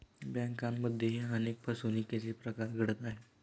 बँकांमध्येही अनेक फसवणुकीचे प्रकार घडत आहेत